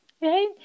Hey